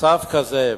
במצב כזה,